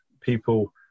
people